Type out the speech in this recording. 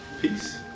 Peace